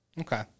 okay